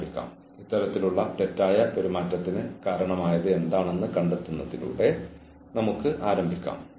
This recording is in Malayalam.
അതിനാൽ പ്രകടനത്തിലോ പെരുമാറ്റത്തിലോ തങ്ങളിൽ നിന്ന് എന്താണ് പ്രതീക്ഷിക്കുന്നതെന്ന് ജീവനക്കാർക്ക് അറിയാം